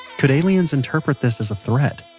could aliens interpret this as a threat?